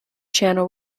channel